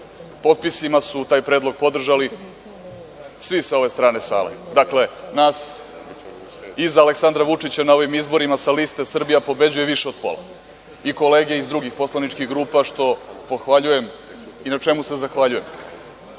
Potpisima su taj predlog podržali svi sa ove strane sale. Dakle, nas, i za Aleksandra Vučića na ovim izborima sa liste - Srbija pobeđuje; više od pola i kolege iz drugih poslaničkih grupa što pohvaljujem i na čemu se zahvaljujem. Čak